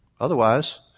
Otherwise